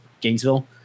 Gainesville